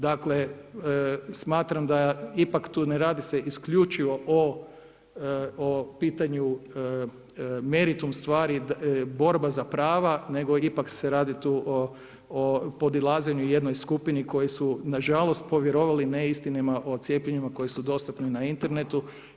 Dakle, smatram da ipak tu ne radi se isključivo o pitanju meritum stvari, borba za prava, nego ipak se radi tu o podilaženju jednoj skupini koji su na žalost povjerovali neistinama o cijepljenjima koji su dostupni na internetu.